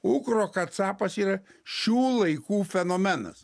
ukrokacapas yra šių laikų fenomenas